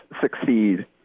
succeed